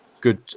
good